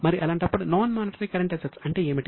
మరి అలాంటప్పుడు non monetary current assets అంటే ఏమిటి